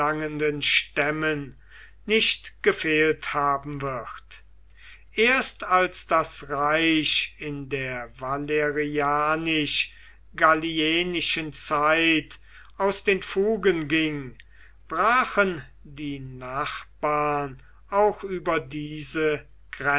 stämmen nicht gefehlt haben wird erst als das reich in der valerianisch gallienischen zeit aus den fugen ging brachen die nachbarn auch über diese